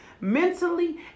mentally